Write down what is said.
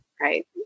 Right